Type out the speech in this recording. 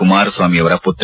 ಕುಮಾರಸ್ವಾಮಿ ಅವರ ಪುತ್ರ